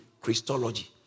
Christology